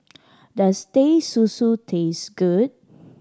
does Teh Susu taste good